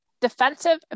Defensive